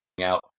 out